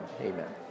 amen